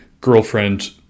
girlfriend